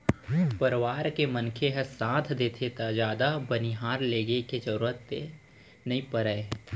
परवार के मनखे ह साथ देथे त जादा बनिहार लेगे के जरूरते नइ परय